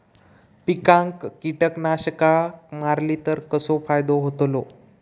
पिकांक कीटकनाशका मारली तर कसो फायदो होतलो?